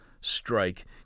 strike